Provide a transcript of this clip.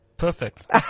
Perfect